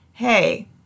hey